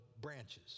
branches